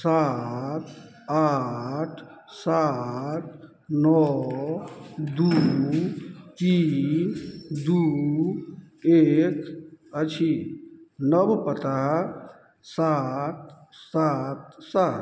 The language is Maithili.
सात आठ सात नओ दुइ तीन दुइ एक अछि नव पता सात सात सात